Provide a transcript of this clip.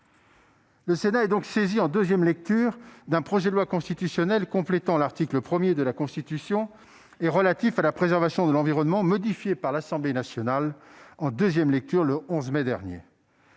Le Sénat est donc saisi, en deuxième lecture, d'un projet de loi constitutionnelle complétant l'article 1 de la Constitution et relatif à la préservation de l'environnement, modifié par l'Assemblée nationale en deuxième lecture le 11 mai dernier.